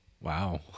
Wow